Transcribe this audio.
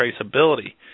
Traceability